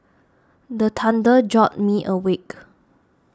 the thunder jolt me awake